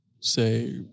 say